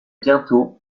bientôt